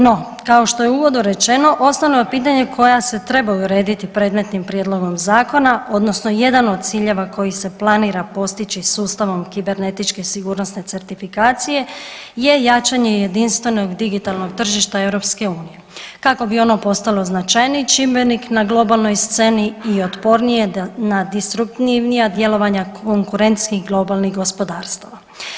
No kao što je u uvodu rečeno osnovno je pitanje koja se trebaju urediti predmetnim prijedlogom zakona odnosno jedan od ciljeva koji se planira postići sustavom kibernetičke sigurnosne certifikacije je jačanje jedinstvenog digitalnog tržišta EU kako bi ono postalo značajniji čimbenik na globalnoj sceni i otpornije na distruktivnija djelovanja konkurentskih globalnih gospodarstava.